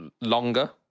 longer